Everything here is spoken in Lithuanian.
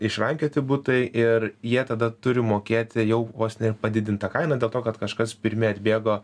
išrankioti butai ir jie tada turi mokėti jau vos ne ir padidintą kainą dėl to kad kažkas pirmi atbėgo